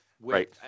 Right